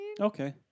Okay